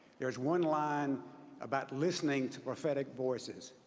there's one line about listening to prophetic voices,